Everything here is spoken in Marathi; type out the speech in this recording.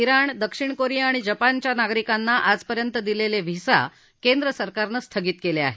िली ज्ञाण दक्षिण कोरिया आणि जपान नागरिकांना आजपर्यंत दिलेले व्हिसा केंद्र सरकारनं स्थगित केले आहेत